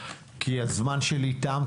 כי הזמן שלי תם.